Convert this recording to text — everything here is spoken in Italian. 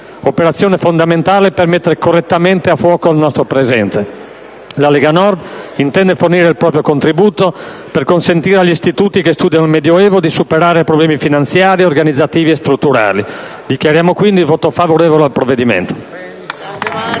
operazione fondamentale per mettere correttamente a fuoco il nostro presente. La Lega Nord intende fornire il proprio contributo per consentire agli istituti che studiano il Medioevo di superare problemi finanziari, organizzativi e strutturali. Dichiariamo quindi il voto favorevole al provvedimento.